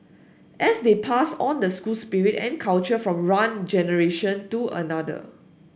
and they pass on the school spirit and culture from one generation to another